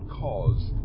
cause